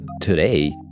today